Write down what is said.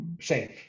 safe